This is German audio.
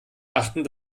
achten